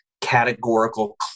categorical